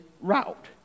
route